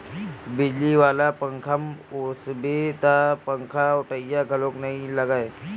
बिजली वाला पंखाम ओसाबे त पंखाओटइया घलोक नइ लागय